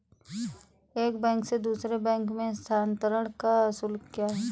एक बैंक से दूसरे बैंक में स्थानांतरण का शुल्क क्या है?